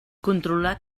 controlar